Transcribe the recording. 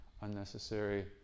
unnecessary